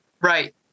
Right